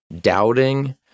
doubting